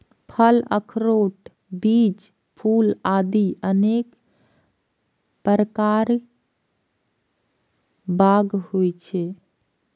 फल, अखरोट, बीज, फूल आदि अनेक प्रकार बाग होइ छै